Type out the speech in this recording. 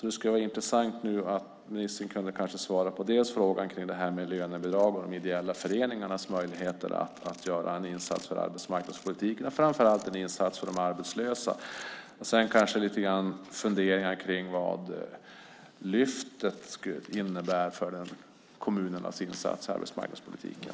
Det skulle vara intressant om ministern kunde svara på frågan om lönebidrag och de ideella föreningarnas möjligheter att göra en insats i arbetsmarknadspolitiken, framför allt en insats för de arbetslösa, och sedan kanske lite grann ta upp funderingarna kring vad Lyftet innebär för kommunernas insatser i arbetsmarknadspolitiken.